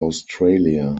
australia